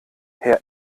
herr